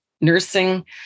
nursing